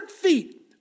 feet